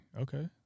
Okay